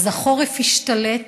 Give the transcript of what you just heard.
החורף השתלט,